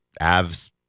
Avs